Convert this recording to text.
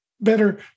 better